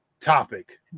topic